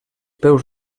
peus